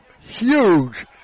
huge